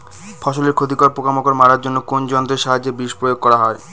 ফসলের ক্ষতিকর পোকামাকড় মারার জন্য কোন যন্ত্রের সাহায্যে বিষ প্রয়োগ করা হয়?